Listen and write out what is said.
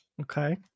Okay